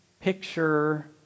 picture